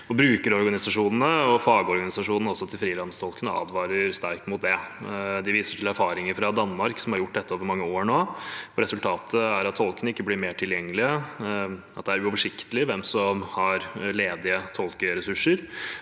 Brukerorganisasjonene og også fagorganisasjonene til frilanstolkene advarer sterkt mot det. De viser til erfaringer fra Danmark, som har gjort dette over mange år nå, hvor resultatet er at tolkene ikke blir mer tilgjengelige, det er uoversiktlig hvem som har ledige tolkeressurser,